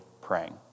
praying